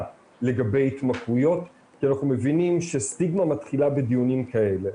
לגבי התמכרויות כי אנחנו מבינים שסטיגמה מתחילה בדיונים כאלה.